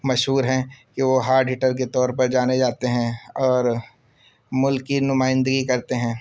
مشہور ہیں کہ وہ ہارڈ ہیٹر کے طور پر جانے جاتے ہیں اور ملک کی نمائندگی کرتے ہیں